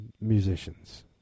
musicians